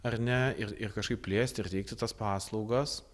ar ne ir ir kažkaip plėsti ir teikti tas paslaugas